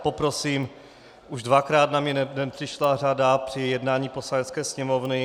Poprosím už dvakrát na mě nepřišla řada při jednání Poslanecké sněmovny.